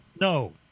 no